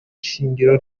shingiro